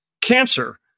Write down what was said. cancer